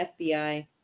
FBI